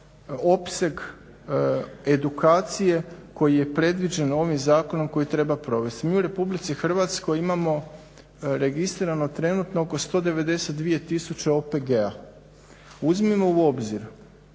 opseg edukacije koji je predviđen ovim zakonom koji treba provesti? Mi u RH imamo registrirano trenutno oko 192 tisuće OPG-a. Uzmimo u obzir